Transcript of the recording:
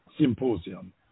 symposium